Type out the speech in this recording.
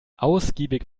ausgiebig